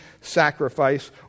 sacrifice